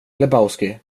lebowski